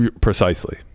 Precisely